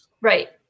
Right